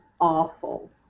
awful